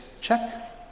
check